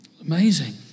Amazing